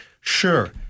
Sure